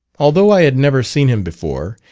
although i had never seen him before,